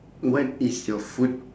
what is your food